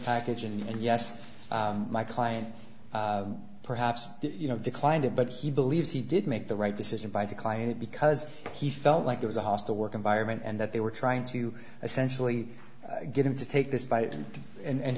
package and yes my client perhaps you know declined it but he believes he did make the right decision by the client because he felt like it was a hostile work environment and that they were trying to essentially get him to take this buy and